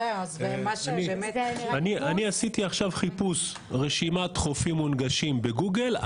אני עשיתי חיפוש עכשיו רשימת חופים מונגשים בגוגל.